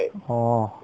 oo